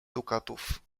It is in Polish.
dukatów